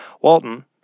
Walton